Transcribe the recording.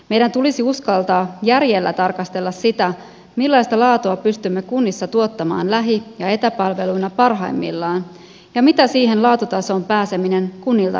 meidän tulisi uskaltaa järjellä tarkastella sitä millaista laatua pystymme kunnissa tuottamaan lähi ja etäpalveluina parhaimmillaan ja mitä siihen laatutasoon pääseminen kunnilta edellyttää